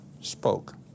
spoke